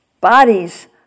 bodies